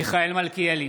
מיכאל מלכיאלי,